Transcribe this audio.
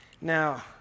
Now